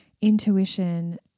intuition